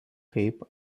kaip